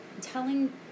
telling